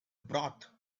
broth